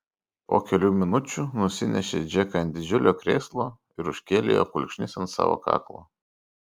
po kelių minučių nusinešė džeką ant didžiulio krėslo ir užkėlė jo kulkšnis ant savo kaklo